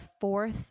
fourth